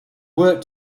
work